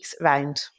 round